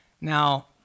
Now